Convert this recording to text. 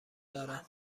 دارن